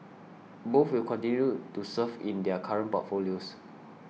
both will continue to serve in their current portfolios